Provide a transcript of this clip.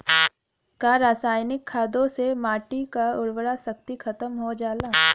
का रसायनिक खादों से माटी क उर्वरा शक्ति खतम हो जाला?